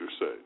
say